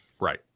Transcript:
Right